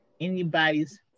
anybody's